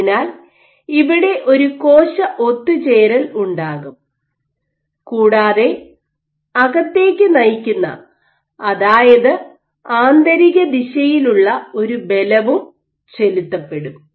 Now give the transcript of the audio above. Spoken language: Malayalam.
അതിനാൽ ഇവിടെ ഒരു കോശഒത്തുചേരൽ ഉണ്ടാകും കൂടാതെ അകത്തേക്ക് നയിക്കുന്ന അതായത് ആന്തരിക ദിശയിലുള്ള ഒരു ബലവും ചെലുത്തപ്പെടും